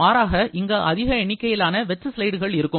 மாறாக இங்கு அதிக எண்ணிக்கையிலான வெற்று ஸ்லைடுகள் இருக்கும்